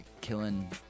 killing